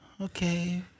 okay